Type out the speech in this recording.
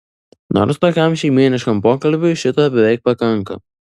nors tokiam šeimyniškam pokalbiui šito beveik pakanka